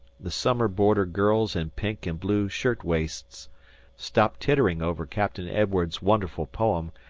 the summer-boarder girls in pink and blue shirt-waists stopped tittering over captain edwardes's wonderful poem,